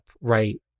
right